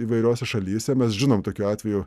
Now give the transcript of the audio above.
įvairiose šalyse mes žinom tokiu atveju